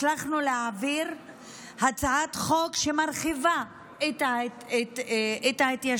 הצלחנו להעביר הצעת חוק שמרחיבה את ההתיישנות